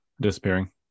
Disappearing